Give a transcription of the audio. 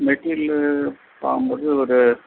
material பார்க்கும் போது ஒரு